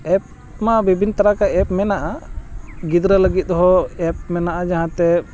app ᱢᱟ ᱵᱤᱵᱷᱤᱱᱱᱚ ᱛᱟᱨᱟᱠᱟ ᱮᱯ ᱢᱮᱱᱟᱜᱼᱟ ᱜᱤᱫᱽᱨᱟᱹ ᱞᱟᱹᱜᱤᱫ ᱦᱚᱸ ᱮᱯ ᱢᱮᱱᱟᱜᱼᱟ ᱡᱟᱦᱟᱸᱛᱮ